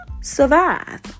survive